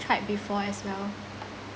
tried before as well